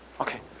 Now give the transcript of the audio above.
Okay